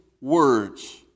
words